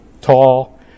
tall